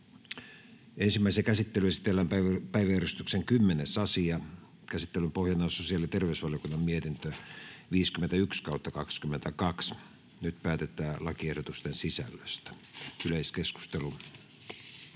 Ensimmäiseen käsittelyyn esitellään päiväjärjestyksen 12. asia. Käsittelyn pohjana on sosiaali- ja terveysvaliokunnan mietintö StVM 50/2022 vp. Nyt päätetään lakiehdotuksen sisällöstä. — Yleiskeskustelu,